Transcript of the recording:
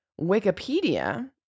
Wikipedia